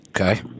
Okay